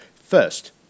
First